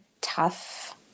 tough